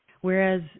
Whereas